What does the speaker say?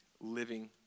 living